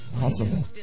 Awesome